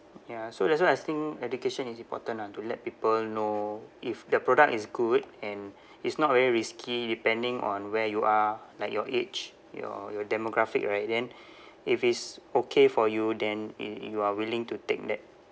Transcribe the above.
ya so that's why I think education is important ah to let people know if the product is good and is not very risky depending on where you are like your age your your demographic right then if it's okay for you then y~ you are willing to take that